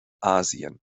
asien